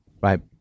Right